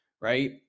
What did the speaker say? right